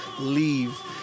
leave